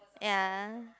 ya